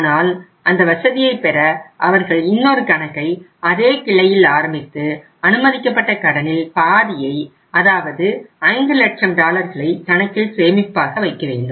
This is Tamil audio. ஆனால் அந்த வசதியை பெற அவர்கள் இன்னொரு கணக்கை அதே கிளையில் ஆரம்பித்து அனுமதிக்கப்பட்ட கடனில் பாதியை அதாவது 5 லட்சம் டாலர்களை கணக்கில் சேமிப்பாக வைக்க வேண்டும்